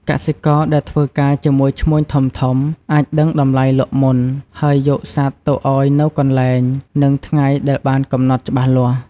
កសិករដែលធ្វើការជាមួយឈ្មួញធំៗ អាចដឹងតម្លៃលក់មុន ហើយយកសត្វទៅឲ្យនៅកន្លែង និងថ្ងៃដែលបានកំណត់ច្បាស់លាស់។